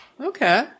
Okay